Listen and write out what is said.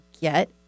get